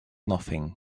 nothing